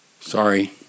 sorry